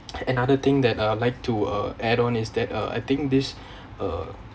another thing that I'll like to uh add on is that uh I think this uh